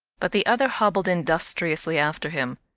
but the other hobbled industriously after him.